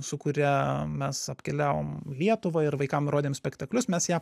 su kuria mes apkeliavom lietuvą ir vaikam rodėm spektaklius mes ją